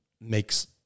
makes